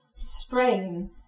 strain